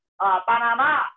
Panama